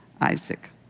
Isaac